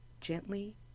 gently